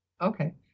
Okay